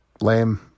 Lame